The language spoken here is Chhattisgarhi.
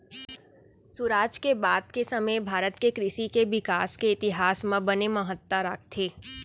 सुराज के बाद के समे भारत के कृसि के बिकास के इतिहास म बने महत्ता राखथे